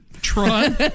Tron